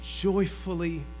joyfully